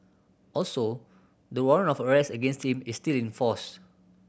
also the warrant of arrest against him is still in force